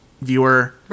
viewer